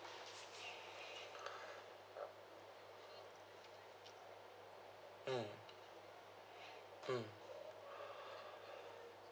mm